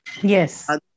Yes